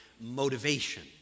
motivation